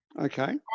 Okay